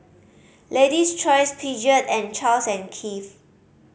Lady's Choice Peugeot and Charles and Keith